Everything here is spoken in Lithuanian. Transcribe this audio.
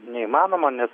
neįmanoma nes